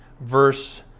verse